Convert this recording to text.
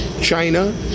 China